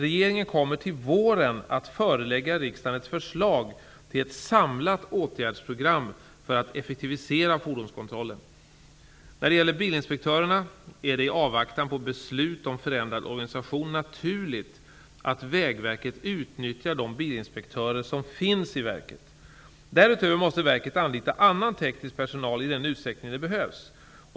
Regeringen kommer till våren att förelägga riksdagen ett förslag till ett samlat åtgärdsprogram för att effektivisera fordonskontrollen. När det gäller bilinspektörerna är det i avvaktan på beslut om förändrad organisation naturligt att Vägverket utnyttjar de bilinspektörer som finns i verket. Därutöver måste verket anlita annan teknisk personal i den utsträckning det behövs.